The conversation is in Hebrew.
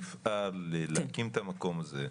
תפעל להקים את המקום הזה,